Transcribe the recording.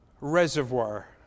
reservoir